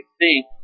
see